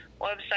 website